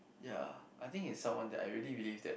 ya I think it's someone that I really believe that